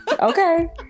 Okay